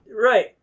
Right